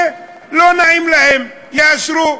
ולא נעים להם, יאשרו.